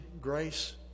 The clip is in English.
grace